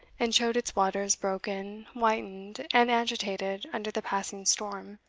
and showed its waters broken, whitened, and agitated under the passing storm,